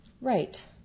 right